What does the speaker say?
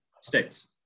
states